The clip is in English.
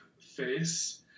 face